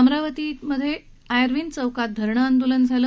अमरावतीत उविन चौकात धरणं आंदोलन झालं